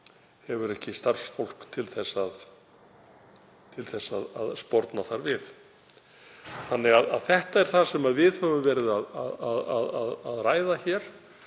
hefur ekki starfsfólk til að sporna þar við. Þetta er það sem við höfum verið að ræða hér